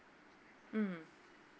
mm